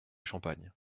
champagne